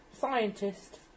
Scientist